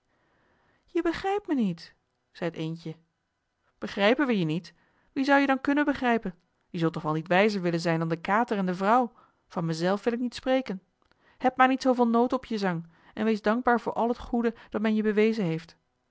je begrijpt mij niet zei het eendje begrijpen wij je niet wie zou je dan kunnen begrijpen je zult toch wel niet wijzer willen zijn dan de kater en de vrouw van mij zelf wil ik niet spreken heb maar niet zooveel noten op je zang en wees dankbaar voor al het goede dat men je bewezen heeft